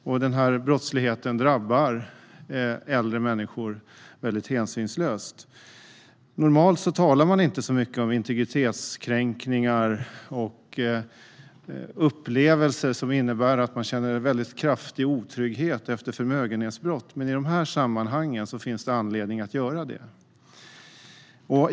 Den här brottsligheten drabbar äldre människor hänsynslöst. Normalt talar man inte så mycket om integritetskränkningar och upplevelser som innebär att man känner en stor otrygghet efter förmögenhetsbrott, men i de här sammanhangen finns det anledning att tala om det.